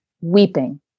weeping